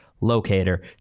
locator